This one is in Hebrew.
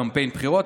בקמפיין הבחירות.